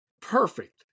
perfect